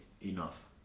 enough